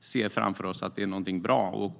ser framför oss är bra.